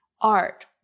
art